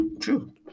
true